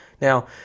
Now